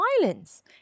violence